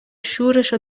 شورشو